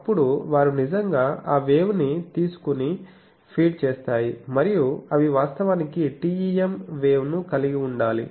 అప్పుడు వారు నిజంగా ఆ వేవ్ ని తీసుకునే ఫీడ్ చేస్తాయి మరియు అవి వాస్తవానికి TEM వేవ్ను కలిగి ఉండాలి